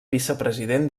vicepresident